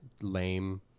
lame